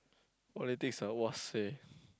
politics ah !wahseh!